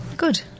Good